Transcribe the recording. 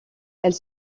elle